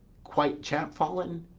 quite chap-fallen?